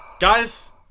guys